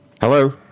Hello